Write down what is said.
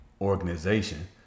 organization